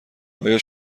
آیا